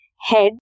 head